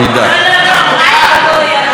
לא, לא, לא.